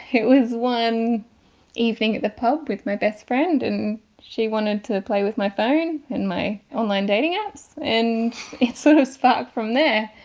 it was one evening at the pub with my best friend and she wanted to play with my phone and my online dating apps and it sort of sparked from there.